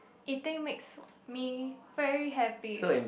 eating makes me very happy